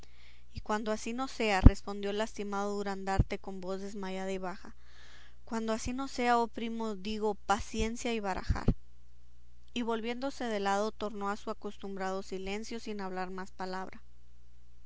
y cuando así no sea respondió el lastimado durandarte con voz desmayada y baja cuando así no sea oh primo digo paciencia y barajar y volviéndose de lado tornó a su acostumbrado silencio sin hablar más palabra